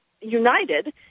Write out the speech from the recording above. united